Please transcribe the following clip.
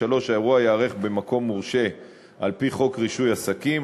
3. האירוע ייערך במקום מורשה על-פי חוק רישוי עסקים,